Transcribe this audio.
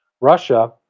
Russia